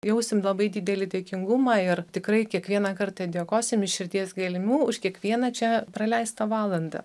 jausim labai didelį dėkingumą ir tikrai kiekvieną kartą dėkosim iš širdies gelmių už kiekvieną čia praleistą valandą